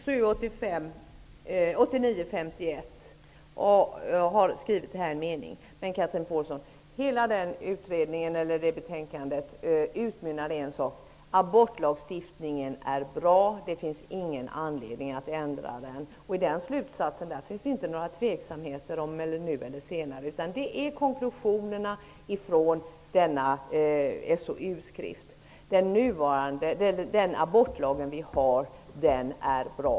Herr talman! Betänkandet från SOU 1989:51 utmynnade i en enda sak, Chatrine Paulsson: Abortlagstiftningen är bra. Det finns inte någon anledning att ändra den. Och i den slutsatsen finns inte några tveksamheter, utan detta är konklusionen från SOU-betänkandet. Den nuvarande abortlagen är bra.